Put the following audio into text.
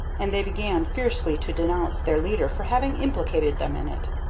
and they began fiercely to denounce their leader for having implicated them in it.